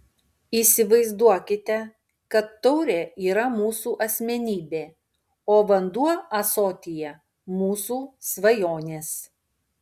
įsivaizduokite kad taurė yra mūsų asmenybė o vanduo ąsotyje mūsų svajonės